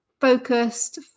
focused